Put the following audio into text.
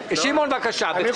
אני לא